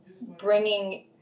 bringing